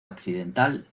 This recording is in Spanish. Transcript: occidental